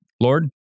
Lord